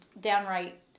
downright